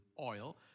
oil